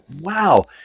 wow